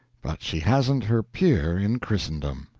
but she hasn't her peer in christendom.